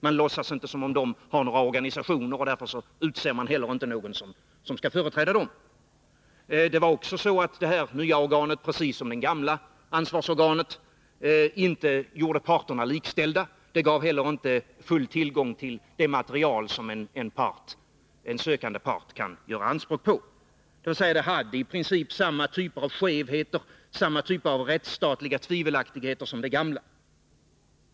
Man låtsades inte om att de hade några organisationer, därför utsåg man inte heller någon som kunde företräda dem. Det nya organet gjorde inte — liksom inte heller det gamla ansvarsorganet — parterna likställda. De gav heller inte full tillgång till det material som en sökande part kan göra anspråk på. Det hade i princip samma typer av skevheter och rättsstatliga tvivelaktigheter som det gamla.